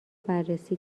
بررسی